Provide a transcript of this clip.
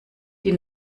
die